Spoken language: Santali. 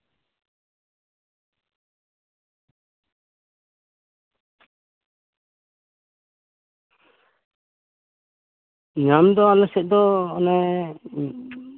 ᱧᱟᱢ ᱫᱚ ᱟᱞᱮ ᱥᱮᱫ ᱫᱚ ᱚᱱᱮ